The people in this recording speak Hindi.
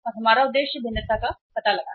हमारा उद्देश्य भिन्नता का पता लगाना है